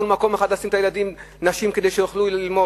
לנשים אין אפילו מקום אחד לשים את הילדים כדי שיוכלו ללמוד,